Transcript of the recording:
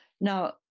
Now